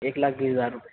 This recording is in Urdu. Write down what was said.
ایک لاکھ بیس ہزار روپئے